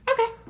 Okay